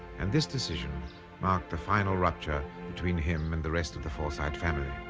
and this decision marked the final rupture between him and the rest of the forsyte family.